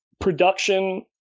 production